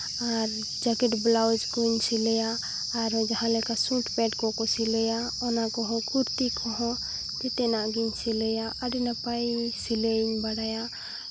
ᱟᱨ jacket blouse ᱠᱚᱧ ᱥᱤᱞᱟᱹᱭᱟ ᱟᱨ ᱦᱚᱸ ᱡᱟᱦᱟᱸ ᱞᱮᱠᱟ ᱥᱩᱴ ᱯᱮᱱᱴ ᱠᱚᱠᱚ ᱥᱤᱞᱟᱹᱭᱟ ᱚᱱᱟ ᱠᱚ ᱦᱚᱸ ᱠᱩᱨᱛᱤ ᱠᱚ ᱦᱚᱸ ᱡᱮᱛᱮᱱᱟᱜ ᱜᱤᱧ ᱥᱤᱞᱟᱹᱭᱟ ᱟᱹᱰᱤ ᱱᱟᱯᱟᱭ ᱥᱤᱞᱟᱹᱭ ᱤᱧ ᱵᱟᱲᱟᱭᱟ